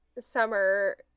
summer